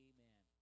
Amen